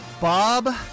Bob